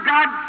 God